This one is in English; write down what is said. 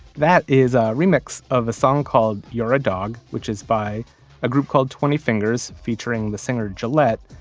that is a remix of a song called you're a dog which is by a group called twenty fingers featuring the singer gillette.